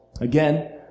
Again